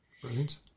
Brilliant